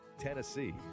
Tennessee